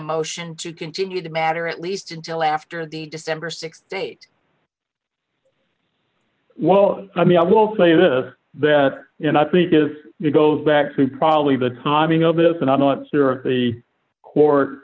motion to continue the matter at least until after the december th state well i mean i will say this that you know i think is it goes back to probably the timing of this and i'm not sure if the court